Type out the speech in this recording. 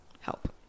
help